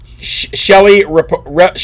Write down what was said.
Shelly